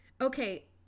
okay